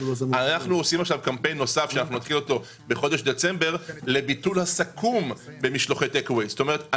בחודש דצמבר נתחיל קמפיין נוסף לביטול הסכו"ם המצורף למשלוחים.